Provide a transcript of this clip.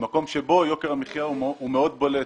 במקום שבו יוקר המחייה הוא מאוד בולט.